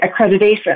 accreditation